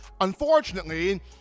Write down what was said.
unfortunately—